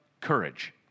courage